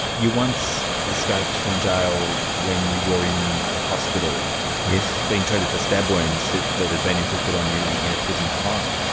you once escaped from jail when you were in hospital, being treated for stab wounds that that had been inflicted on you you in a prison fight.